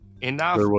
enough